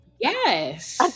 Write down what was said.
Yes